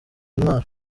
intwaro